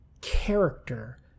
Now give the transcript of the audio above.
character